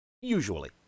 Usually